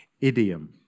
idiom